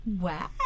Wow